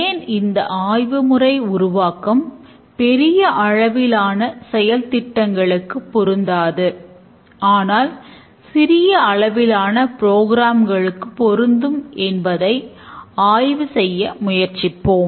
ஏன் இந்த ஆய்வு முறை உருவாக்கம் பெரிய அளவிலான செயல் திட்டங்களுக்கு பொருந்தாது ஆனால் சிரிய அளவிலான புரோகிராம்களுக்கு பொருந்தும் என்பதை ஆய்வு செய்ய முயற்சிப்போம்